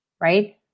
right